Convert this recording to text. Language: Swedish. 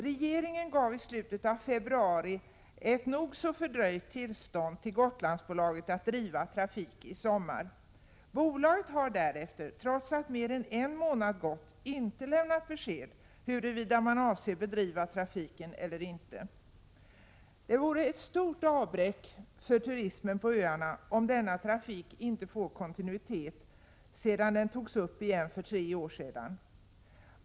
Regeringen gav i slutet av februari ett nog så fördröjt tillstånd till Gotlandsbolaget att driva trafik i sommar. Bolaget har därefter, trots att mer än en månad gått, inte lämnat besked om huruvida man avser bedriva trafiken eller inte. Det vore ett stort avbräck för turismen på öarna om denna trafik, som togs upp igen för tre år sedan, inte får kontinuitet.